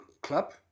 club